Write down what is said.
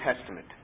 Testament